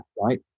right